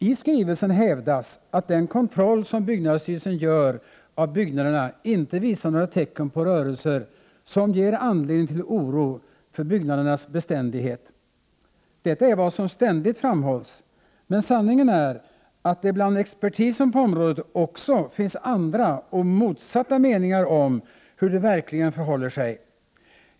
I skrivelsen hävdas att den kontroll som byggnadsstyrelsen gör av byggnaderna inte visar några tecken på rörelser, som ger anledning till oro för byggnadernas beständighet. Detta är vad som ständigt framhålls, men sanningen är att det bland expertisen på området också finsn andra och motsatta meningar om hur det verkligen förhåller sig.